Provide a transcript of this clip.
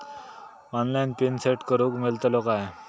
Online pin set करूक मेलतलो काय?